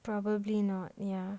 probably not ya